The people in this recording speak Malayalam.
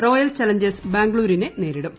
റോയൽ ചലഞ്ചേഴ്സ് ബാംഗ്ലൂരിനെ നേരിടും